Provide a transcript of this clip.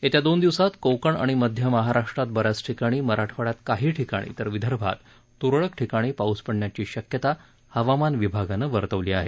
येत्या दोन दिवसात कोकण आणि मध्य महाराष्ट्रात बऱ्याच ठिकाणी मराठवाङ्यात काही ठिकाणी तर विदर्भात तुरळक ठिकाणी पाऊस पडण्याची शक्यता हवामान विभागानं वर्तवली आहे